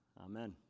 Amen